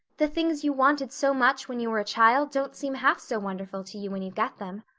the things you wanted so much when you were a child don't seem half so wonderful to you when you get them.